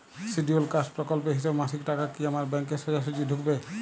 Scheduled caste প্রকল্পের হিসেবে মাসিক টাকা কি আমার ব্যাংকে সোজাসুজি ঢুকবে?